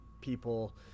people